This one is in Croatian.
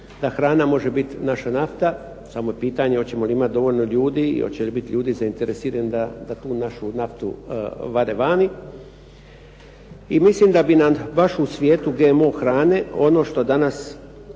Ta hrana može biti naša nafta, samo je pitanje hoćemo li imati dovoljno ljudi i hoće li biti ljudi zainteresiranih da tu našu naftu vade vani. I mislim da bi nam baš u svijetu GMO hrane, ono što danas